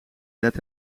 let